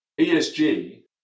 ESG